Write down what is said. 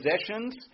possessions